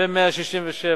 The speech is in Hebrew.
ו-167